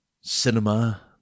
cinema